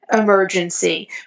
emergency